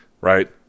Right